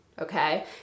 Okay